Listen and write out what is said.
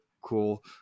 cool